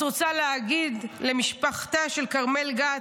את רוצה להגיד למשפחתה של כרמל גת,